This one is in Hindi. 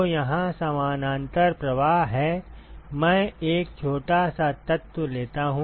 तो यहाँ समानांतर प्रवाह है मैं एक छोटा सा तत्व लेता हूँ